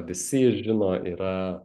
visi jį žino yra